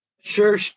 Sure